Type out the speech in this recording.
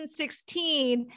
2016